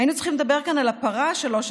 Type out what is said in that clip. היינו צריכים לדבר כאן על הפרה 3117,